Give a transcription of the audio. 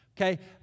Okay